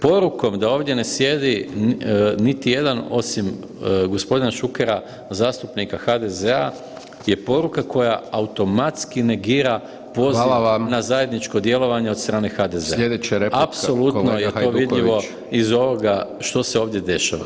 Porukom da ovdje ne sjedi niti jedan osim g. Šukera od zastupnika HDZ-a je poruka koja automatski negira poziv [[Upadica: Hvala vam.]] na zajedničko djelovanje od strane HDZ-a [[Upadica: Sljedeća replika kolega Hajduković.]] apsolutno je to vidljivo iz ovoga što se ovdje dešava.